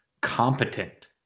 competent